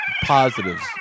positives